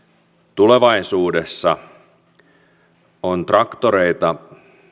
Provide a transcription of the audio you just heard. tulevaisuudessa on traktoreita